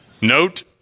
Note